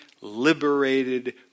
liberated